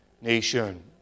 nation